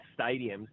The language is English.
stadiums